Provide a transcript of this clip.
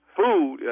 food